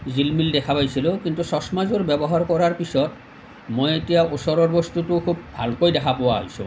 জিলমিল দেখা পাইছিলোঁ কিন্তু চশমাযোৰ ব্যৱহাৰ কৰাৰ পিছত মই এতিয়া ওচৰৰ বস্তুটোও খুব ভালকৈ দেখা পোৱা হৈছোঁ